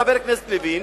חבר הכנסת לוין,